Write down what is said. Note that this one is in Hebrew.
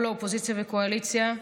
לאופוזיציה או לקואליציה.